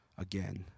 again